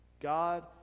God